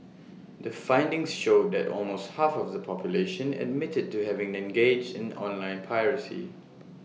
the findings showed that almost half of the population admitted to having engaged in online piracy